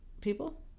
people